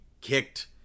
kicked